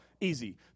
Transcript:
easy